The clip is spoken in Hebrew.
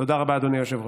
תודה רבה, אדוני היושב-ראש.